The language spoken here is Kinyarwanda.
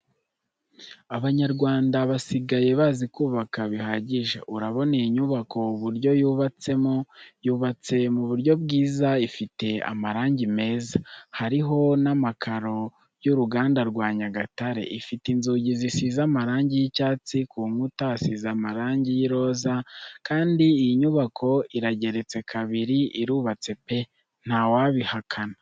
Abanyarwanda basigaye bazi kubaka bihagije. Urabona iyi nyubako uburyo yubatsemo, yubatse mu; buryo bwiza ifite amarangi meza, ahariho n'amakaro y'uruganda rwa Nyagatare, ifite inzugi zisize amarangi y'icyatsi ku nkuta hasize amarangi y'iroza, kandi iyi nyubako irageretse kabiri. Irubatse pe! Ntawabihakana.